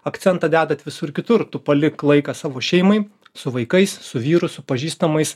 akcentą dedat visur kitur tu palik laiką savo šeimai su vaikais su vyru su pažįstamais